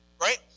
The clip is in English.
right